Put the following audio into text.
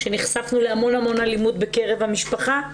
כשנחשפנו להמון אלימות בקרב המשפחה.